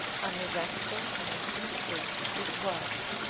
uneventful as in truth it was.